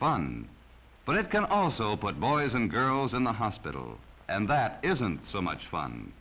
fun but it can also put boys and girls in the hospital and that isn't so much fun